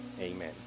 amen